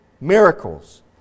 miracles